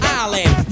island